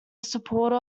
supporter